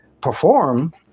perform